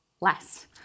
less